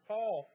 Paul